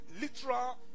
literal